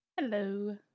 Hello